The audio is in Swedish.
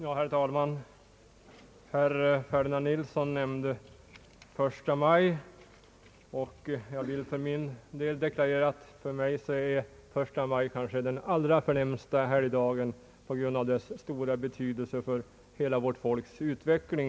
Herr talman! Herr Ferdinand Nilsson nämnda 1 maj. Jag vill deklarera att för mig är 1 maj den kanske allra förnämsta helgdagen på grund av dess betydelse för hela vårt folks utveckling.